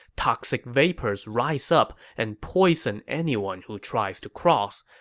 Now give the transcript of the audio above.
toxic vapors rise up and poison anyone who tries to cross.